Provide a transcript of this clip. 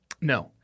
No